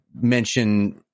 mention